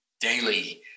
daily